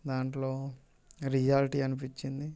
దాంట్లో రియాల్టీ అనిపించింది